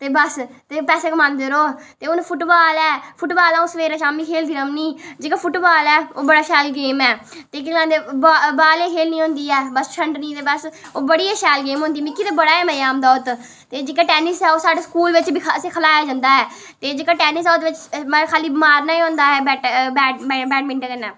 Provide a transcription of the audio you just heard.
ते बस ते पैसे कमांदे र'वो ते हून फुटबॉल ऐ फुटबॉल अ'ऊं सबैह्रे शामीं खेल्लदी रौह्नी जेह्का फुटबॉल ऐ ओह् बड़ा शैल गेम ऐ ते केह् गलांदे बॉल गै खेल्लनी होंदी ऐ बस छंड्डनी ते बस ओह् बड़ी गै शैल गेम होंदी मिगी ते बड़ा गै मजा औंदा उत्त ते जेह्का टेनिस ऐ ओह् साढ़े स्कूल बिच बी असें ई खलाया जंदा ऐ ते जेह्का टेनिस ऐ ओह्दे बिच खा'ल्ली मारना गै होंदा बैडमिंटन कन्नै